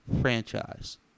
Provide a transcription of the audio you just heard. franchise